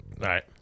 right